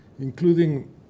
including